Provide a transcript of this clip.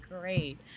great